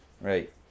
right